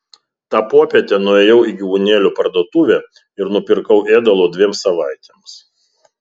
tą popietę nuėjau į gyvūnėlių parduotuvę ir nupirkau ėdalo dviem savaitėms